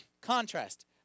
contrast